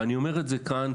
ואני אומר את זה כאן,